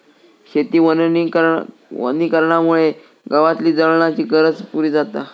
शेती वनीकरणामुळे गावातली जळणाची गरज पुरी जाता